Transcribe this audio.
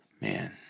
man